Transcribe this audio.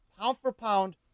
pound-for-pound